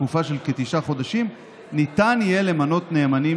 תקופה של כתשעה חודשים ניתן יהיה למנות נאמנים